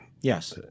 Yes